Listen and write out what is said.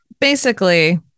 basically-